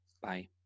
bye